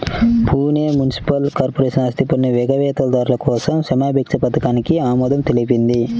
Pune municipal corporation ఆస్తిపన్ను ఎగవేతదారుల కోసం క్షమాభిక్ష పథకానికి ఆమోదం తెలిపింది